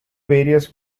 various